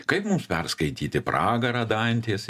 kaip mums perskaityti pragarą dantės